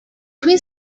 twin